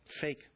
fake